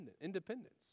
independence